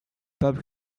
pape